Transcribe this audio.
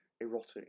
erotic